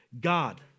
God